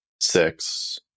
six